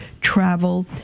travel